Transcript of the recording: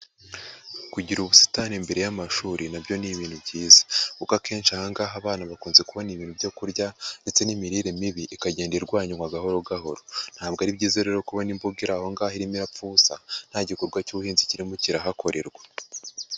Kugira ubusitani imbere y'amashuri, nabyo ni ibintu byiza. Kuko akenshi aha ngaha abana bakunze kubona ibintu byo kurya, ndetse n'imirire mibi ikagenda irwanywa gahoro gahoro, ntabwo ari byiza rero kubona imbuga iri aho ngaho irimo irapfa ubusa, nta gikorwa cy'ubuhinzi kirimo kirahakorerwa.